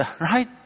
right